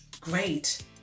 great